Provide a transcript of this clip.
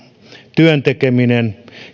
työn tekeminen